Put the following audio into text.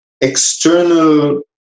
external